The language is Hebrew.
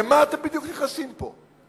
למה בדיוק אתם נכנסים פה?